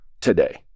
today